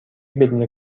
بدون